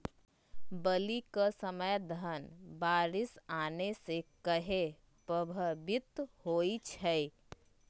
बली क समय धन बारिस आने से कहे पभवित होई छई?